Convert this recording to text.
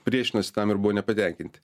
priešinosi tam ir buvo nepatenkinti